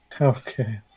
okay